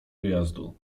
wyjazdu